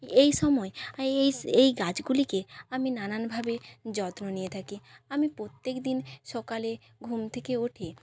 এই সময় এই এই গাছগুলিকে আমি নানানভাবে যত্ন নিয়ে থাকি আমি প্রত্যেকদিন সকালে ঘুম থেকে উঠে